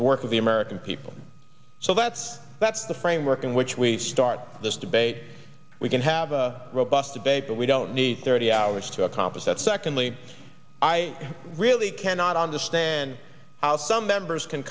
the work of the american people so that's that's the framework in which we start this debate we can have a robust debate but we don't need thirty hours to accomplish that secondly i really cannot understand how some members can